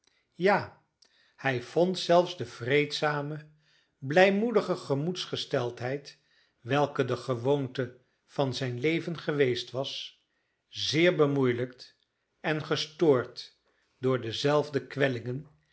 ja hij vond zelfs de vreedzame blijmoedige gemoedsgesteldheid welke de gewoonte van zijn leven geweest was zeer bemoeielijkt en gestoord door dezelfde